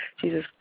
Jesus